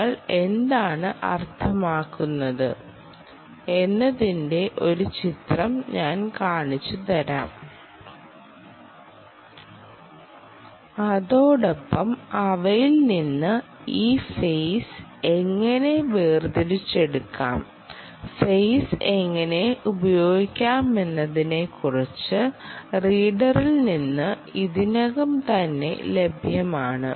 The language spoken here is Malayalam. ഞങ്ങൾ എന്താണ് അർത്ഥമാക്കുന്നത് എന്നതിന്റെ ഒരു ചിത്രം ഞാൻ കാണിച്ചുതരാം അതോടൊപ്പം അവയിൽ നിന്ന് ഈ ഫെയിസ് എങ്ങനെ വേർതിരിച്ചെടുക്കാം ഫെയിസ് എങ്ങനെ ഉപയോഗിക്കാമെന്നതിനെക്കുറിച്ച് റീഡറിൽ നിന്ന് ഇതിനകം തന്നെ ലഭ്യമാണ്